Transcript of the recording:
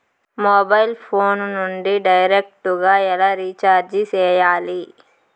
mobile phone నుండి direct గా ఎలా రీచార్జి సేయాలి